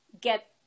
get